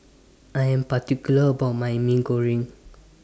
I Am particular about My Mee Goreng